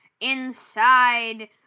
inside